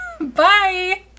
Bye